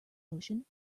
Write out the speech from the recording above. ocean